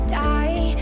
die